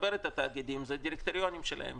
לחבר את התאגידים זה הדירקטוריונים שלהם.